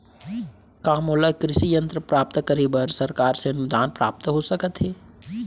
का मोला कृषि यंत्र प्राप्त करे बर सरकार से अनुदान प्राप्त हो सकत हे?